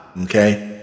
Okay